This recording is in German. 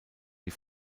die